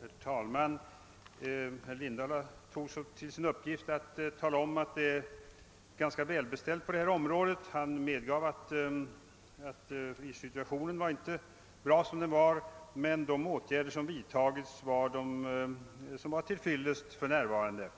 Herr talman! Herr Lindahl har tagit till sin uppgift att tala om att det är ganska väl beställt på detta område. Han, medgav att situationen inte är bra men han ansåg att de åtgärder som vidtagits var till fyllest för närvarande,